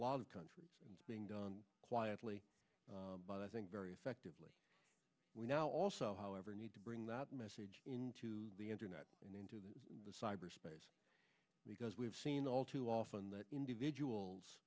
lot of countries is being done quietly but i think very effectively we now also however need to bring that message into the internet and into the cyberspace because we have seen all too often that individuals